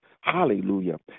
Hallelujah